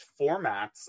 formats